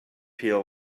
peel